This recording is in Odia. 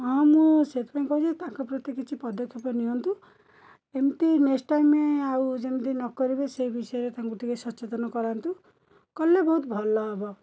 ହଁ ମୁଁ ସେଇଥିପାଇଁ କହୁଛି ତାଙ୍କ ପ୍ରତି କିଛି ପଦକ୍ଷେପ ନିଅନ୍ତୁ ଏମିତି ନେକ୍ସଟ ଟାଇମ୍ ଆଉ ଯେମିତି ନକରିବେ ସେ ବିଷୟରେ ତାଙ୍କୁ ଟିକିଏ ସଚେତନ କରନ୍ତୁ କଲେ ବହୁତ ଭଲ ହବ